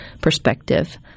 perspective